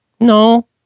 No